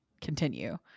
continue